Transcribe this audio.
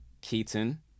Keaton